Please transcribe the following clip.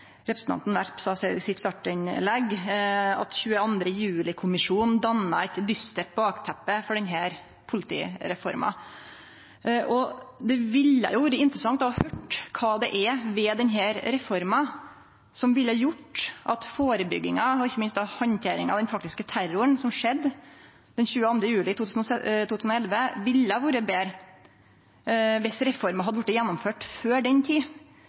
at 22. juli-kommisjonen danna eit dystert bakteppe for denne politireforma. Det ville vore interessant å høyre kva det er ved denne reforma som ville gjort at førebygginga og ikkje minst handteringa av den terroren som skjedde den 22. juli 2011, ville vore betre viss reforma hadde vorte gjennomført før den